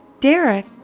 Derek